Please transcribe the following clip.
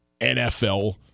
NFL